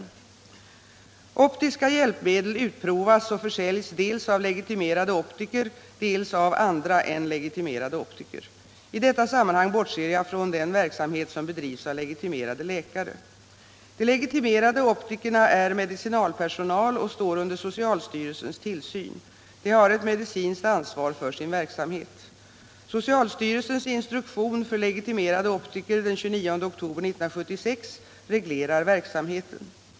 Optiska hjälpmedel utprovas och försäljs dels av legitimerade optiker, dels av andra än legitimerade optiker. I detta sammanhang bortser jag från den verksamhet som bedrivs av legitimerade läkare. De legitimerade optikerna är medicinpersonal och står under socialstyrelsens tillsyn. De har ett medicinskt ansvar för sin verksamhet. Socialstyrelsens instruktion för legitimerade optiker den 29 oktober 1976 1976:75) reglerar verksamheten.